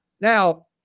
Now